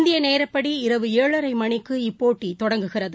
இந்திய நேரப்படி இரவு ஏழரை மணிக்கு இப்போட்டி தொடங்குகிறது